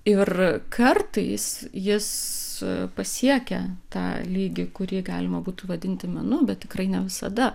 ir kartais jis pasiekia tą lygį kurį galima būtų vadinti menu bet tikrai ne visada